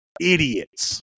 idiots